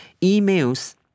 emails